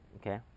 Okay